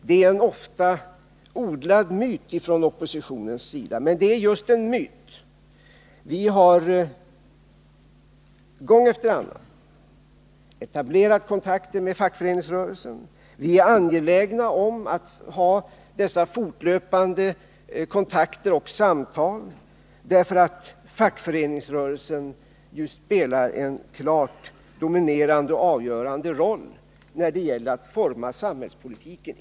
Det är en från oppositionens sida ofta odlad myt, men det är just en myt. Vi har gång efter annan etablerat kontakter med fackföreningsrörelsen. Vi är angelägna om att ha dessa fortlöpande kontakter och samtal därför att fackföreningsrörelsen ju spelar en klart dominerande och avgörande roll när det gäller att forma samhällspolitiken.